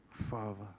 father